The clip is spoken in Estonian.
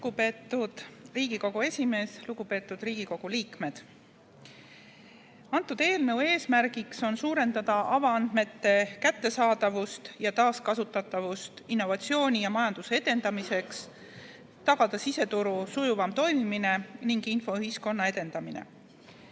Lugupeetud Riigikogu esimees! Lugupeetud Riigikogu liikmed! Antud eelnõu eesmärk on suurendada avaandmete kättesaadavust ja taaskasutatavust innovatsiooni ja majanduse edendamiseks, tagada siseturu sujuvam toimimine ning infoühiskonna edendamine.